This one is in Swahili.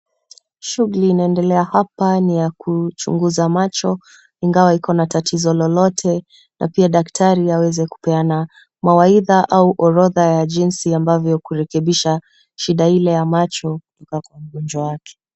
Shughuli inaendelea hapa ni ya kuchunguza macho ingawa ikona tatizo lolote na pia daktari aweze kupeana mawaidha au orodha ya jinsi ambavyo kurekebisha shida ya ile jicho kutoka kwa mgonjwa wake.